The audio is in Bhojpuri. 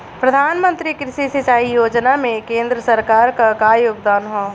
प्रधानमंत्री कृषि सिंचाई योजना में केंद्र सरकार क का योगदान ह?